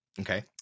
okay